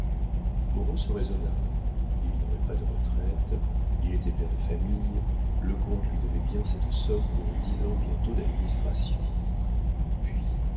moreau se raisonna il n'aurait pas de retraite il était père de famille le comte lui devait bien cette somme pour dix ans bientôt d'administration puis